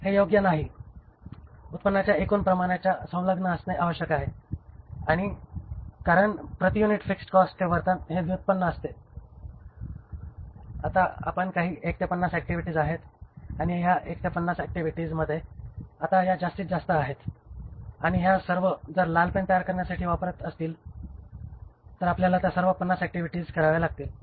हे योग्य नाही ते उत्पादनाच्या एकूण प्रमाणाच्या संलग्न असणे आवश्यक आहे कारण प्रति युनिट फिक्स्ड कॉस्टचे वर्तन हे व्युत्पन्न आहे आता आपण काही 1 ते 50 ऍक्टिव्हिटी आहेत आणि या 1 ते 50 ऍक्टिव्हिटीजमध्ये आता या जास्तीतजास्त आहेत आणि ह्या सर्व जर लाल पेन तयार करण्यासाठी लागत असतील तर आपल्याला त्या सर्व 50 ऍक्टिव्हिटीज कराव्या लागतील